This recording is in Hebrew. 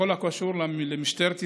בכל הקשור למשטרת ישראל,